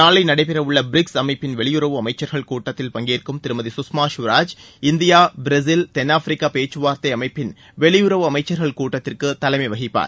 நாளை நடைபெற உள்ள பிரிக்ஸ் அமைப்பின் வெளியுறவு அமைச்சர்கள் கூட்டத்தில் பங்கேற்கும் திருமதி குஷ்மா குவராஜ் இந்தியா பிரேசில் தென் ஆப்பிரக்கா பேச்சுவார்த்தை அமைப்பின் வெளியுறவு அமைச்சர்கள் கூட்டத்திற்கு தலைமை வகிப்பார்